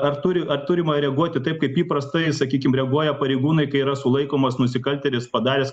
ar turi ar turima reaguoti taip kaip įprastai sakykim reaguoja pareigūnai kai yra sulaikomas nusikaltėlis padaręs